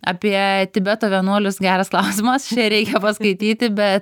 apie tibeto vienuolius geras klausimas čia reikia paskaityti be